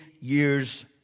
years